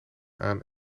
aan